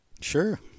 Sure